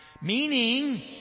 Meaning